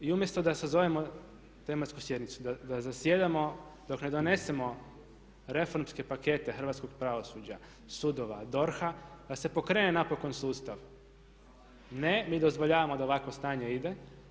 I umjesto da sazovemo tematsku sjednicu, da zasjedamo dok ne donesemo reformske pakete hrvatskog pravosuđa, sudova, DORH-a, da se pokrene napokon sustav, ne mi dozvoljavamo da ovakvo stanje ide.